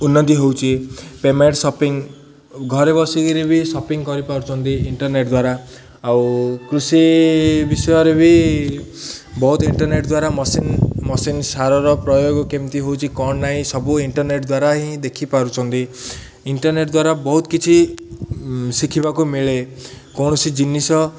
ଉନ୍ନତି ହେଉଛି payment shopping ଘରେ ବସିକିରି ବି ସପିଂ କରିପାରୁଛନ୍ତି ଇଣ୍ଟର୍ନେଟ୍ ଦ୍ୱାରା ଆଉ କୃଷି ବିଷୟରେ ବି ବହୁତ ଇଣ୍ଟର୍ନେଟ୍ ଦ୍ୱାରା ମେସିନ୍ ମେସିନ୍ ସାରର ପ୍ରୟୋଗ କେମିତି ହଉଛି କ'ଣ ନାହିଁ ସବୁ ଇଣ୍ଟର୍ନେଟ୍ ଦ୍ୱାରା ହିଁ ଦେଖିପାରୁଛନ୍ତି ଇଣ୍ଟର୍ନେଟ୍ ଦ୍ୱାରା ବହୁତ କିଛି ଶିଖିବାକୁ ମିଳେ କୌଣସି ଜିନିଷ